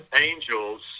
angels